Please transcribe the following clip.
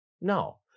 No